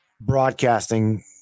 broadcasting